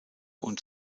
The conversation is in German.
und